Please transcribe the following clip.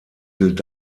gilt